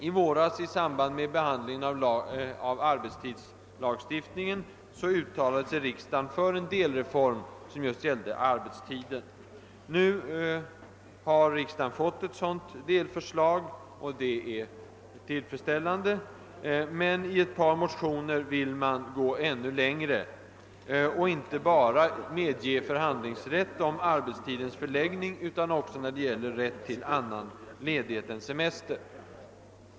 I våras, i samband med behandlingen av arbetstidslagstiftningen, uttalade sig riksdagen för en delreform som just gällde arbetstiden. Nu har riksdagen fått ett sådant delförslag, vilket i och för sig är bra. I ett par motioner vill man emellertid gå ännu längre och medge förhandlingsrätt inte bara beträffande arbetstidens förläggning utan också när det gäller annan ledighet än semester.